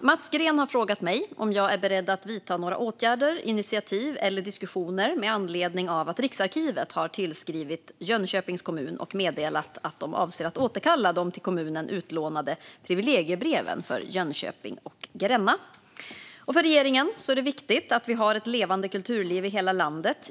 Mats Green har frågat mig om jag är beredd att vidta några åtgärder, initiativ eller diskussioner med anledning av att Riksarkivet har tillskrivit Jönköpings kommun och meddelat att de avser att återkalla de till kommunen utlånade privilegiebreven för Jönköping och Gränna. För regeringen är det viktigt att vi har ett levande kulturliv i hela landet.